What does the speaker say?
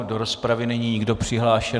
Do rozpravy není nikdo přihlášen.